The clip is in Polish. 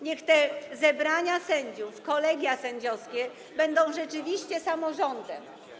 Niech te zebrania sędziów, kolegia sędziowskie będą rzeczywiście samorządem.